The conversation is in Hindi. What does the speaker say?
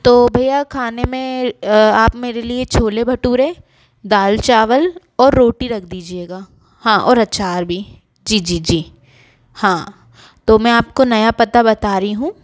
तो भैया खाने में आप मेरे लिए छोले भटूरे दाल चावल और रोटी रख दीजिएगा हाँ और अचार भी जी जी जी हाँ तो मैं आप को नया पता बता रही हूँ